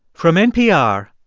from npr,